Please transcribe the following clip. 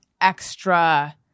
extra